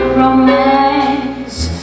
romance